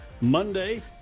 Monday